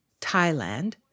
Thailand